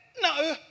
No